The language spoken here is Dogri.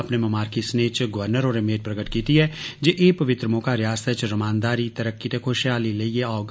अपने ममारकी सनेह च गवर्नर होरें मेद प्रगट कीती ऐ जे एह् पवित्र मौका रियासतै च रमानदारी तरक्की ते खुशहाली लेईए औग